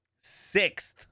sixth